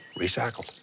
recycled.